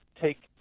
take